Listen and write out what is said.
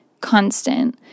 constant